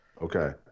Okay